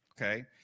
okay